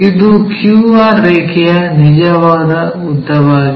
ಇದು QR ರೇಖೆಯ ನಿಜವಾದ ಉದ್ದವಾಗಿದೆ